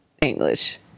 English